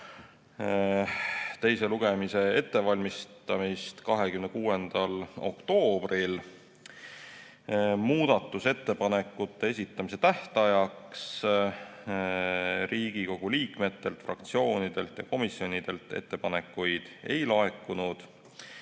teise lugemise ettevalmistamist 26. oktoobril. Muudatusettepanekute esitamise tähtajaks Riigikogu liikmetelt, fraktsioonidelt ega komisjonidelt ettepanekuid ei laekunud.